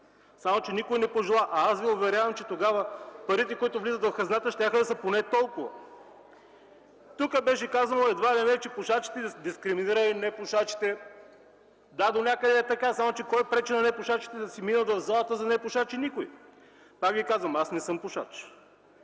Само че никой не пожела! Аз Ви уверявам, че тогава парите, които влизат в хазната, щяха да са поне толкова. Тук бе казано, че едва ли не пушачите дискриминирали непушачите. Да, донякъде е така, само че кой пречи на непушачите да преминат в залата за непушачи? Никой! Пак казвам – аз не съм пушач,